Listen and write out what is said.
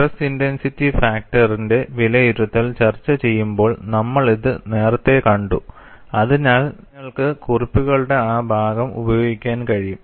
stress intensity ഫാക്ടറിന്റെ വിലയിരുത്തൽ ചർച്ചചെയ്യുമ്പോൾ നമ്മൾ ഇത് നേരത്തെ കണ്ടു അതിനാൽ നിങ്ങൾക്ക് കുറിപ്പുകളുടെ ആ ഭാഗം ഉപയോഗിക്കാൻ കഴിയും